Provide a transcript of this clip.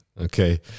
Okay